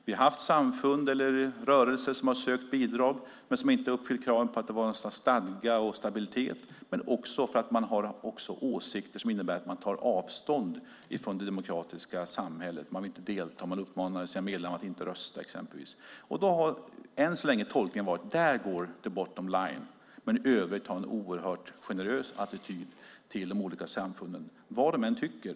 Vi har haft samfund eller rörelser som har sökt bidrag men som inte har uppfyllt kraven på stadga och stabilitet och också för att man har åsikter som innebär att man tar avstånd från det demokratiska samhället - exempelvis uppmanar man sina medlemmar att inte rösta. Tolkningen har hittills varit att där går the bottom line, men i övrigt har man en mycket generös attityd till de olika samfunden, vad de än tycker.